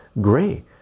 gray